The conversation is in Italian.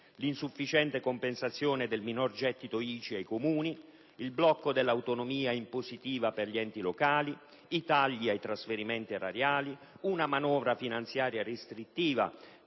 l'insufficiente compensazione del minor gettito ICI ai Comuni; il blocco dell'autonomia impositiva per gli enti locali; i tagli ai trasferimenti erariali; una manovra finanziaria restrittiva,